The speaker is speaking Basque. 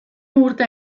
urte